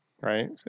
right